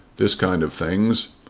this kind of things,